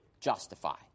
justify